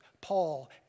Paul